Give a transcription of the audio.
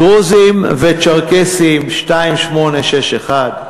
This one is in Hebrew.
דרוזים וצ'רקסים, 2861,